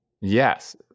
Yes